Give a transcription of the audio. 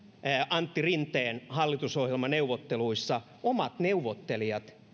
antti rinteen hallitusohjelmaneuvotteluissa omat neuvottelijansa